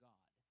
God